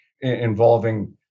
involving